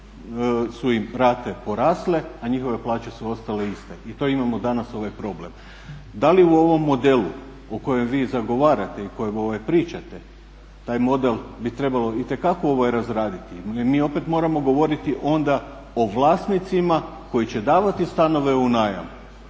su im rate porasle, a njihove plaće su ostale iste. I to imamo danas problem. Da li u ovom modelu o kojem vi zagovarate i kojeg pričate, taj model bi trebalo itekako razraditi. Ali mi opet moramo govoriti onda o vlasnicima koji će davati stanove u najam.